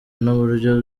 n’uburyo